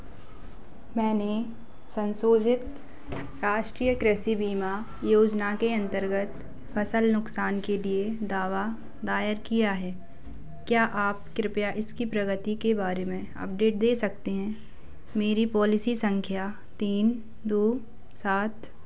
मैंने संशोधित राष्ट्रीय कृषि बीमा योजना के अंतर्गत फ़सल नुक़सान के दावा दायर किया है क्या आप कृप्या इसकी प्रगति के बारे में अपडेट दे सकते हैं मेरी पौलिसी संख्या तीन दो सात